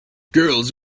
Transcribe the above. girls